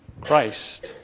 Christ